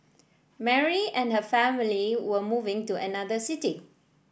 Mary and her family were moving to another city